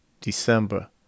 December